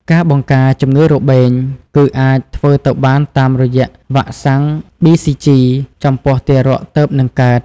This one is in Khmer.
ការបង្ការជំងឺរបេង គឺអាចធ្វើទៅបានតាមរយៈវ៉ាក់សាំងប៊ីស៊ីជី ចំពោះទារកទើបនឹងកើត។